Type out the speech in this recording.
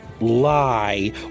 lie